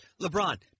LeBron